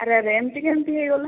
ଆରେ ଆରେ ଏମିତି କେମିତି ହେଇଗଲା